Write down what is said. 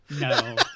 No